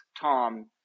Tom